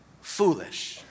foolish